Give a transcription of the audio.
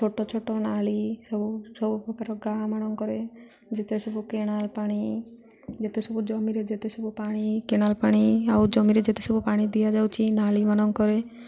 ଛୋଟ ଛୋଟ ନାଳୀ ସବୁ ସବୁ ପ୍ରକାର ଗାଁ ମାନଙ୍କରେ ଯେତେ ସବୁ କେନାଲ୍ ପାଣି ଯେତେ ସବୁ ଜମିରେ ଯେତେ ସବୁ ପାଣି କେନାଲ୍ ପାଣି ଆଉ ଜମିରେ ଯେତେ ସବୁ ପାଣି ଦିଆଯାଉଛି ନାଳୀମାନଙ୍କରେ